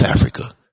Africa